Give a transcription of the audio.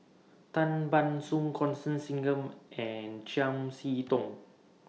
Tan Ban Soon Constance Singam and Chiam See Tong